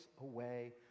away